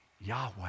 Yahweh